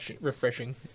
refreshing